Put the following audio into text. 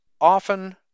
often